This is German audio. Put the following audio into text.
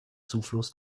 zufluss